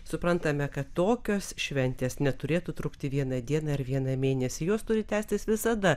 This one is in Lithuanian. suprantame kad tokios šventės neturėtų trukti vieną dieną ir vieną mėnesį jos turi tęstis visada